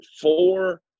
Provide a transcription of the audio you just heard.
four